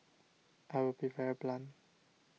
I will be very blunt